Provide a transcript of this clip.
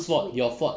whose fault your fault